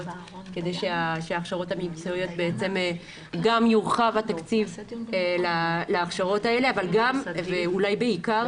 כדי שגם יורחב התקציב להכשרות האלה אבל גם ואולי בעיקר,